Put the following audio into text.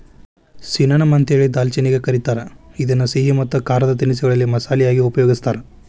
cinnamon ಅಂತೇಳಿ ದಾಲ್ಚಿನ್ನಿಗೆ ಕರೇತಾರ, ಇದನ್ನ ಸಿಹಿ ಮತ್ತ ಖಾರದ ತಿನಿಸಗಳಲ್ಲಿ ಮಸಾಲಿ ಯಾಗಿ ಉಪಯೋಗಸ್ತಾರ